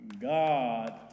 God